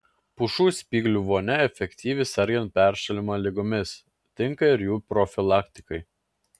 pušų spyglių vonia efektyvi sergant peršalimo ligomis tinka ir jų profilaktikai